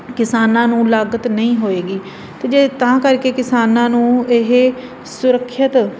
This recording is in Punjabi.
ਕਿਸਾਨਾਂ ਨੂੰ ਲਾਗਤ ਨਹੀਂ ਹੋਏਗੀ ਅਤੇ ਜੇ ਤਾਂ ਕਰਕੇ ਕਿਸਾਨਾਂ ਨੂੰ ਇਹ ਸੁਰੱਖਿਅਤ